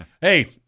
Hey